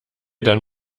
dann